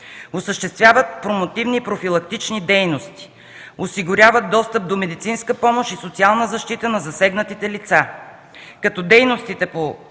осъществяват промотивни и профилактични дейности; - осигуряват достъп до медицинска помощ и социална защита на засегнатите лица. Дейностите по